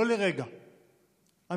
לא לרגע, אמיתי,